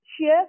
share